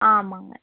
ஆமாம்ங்க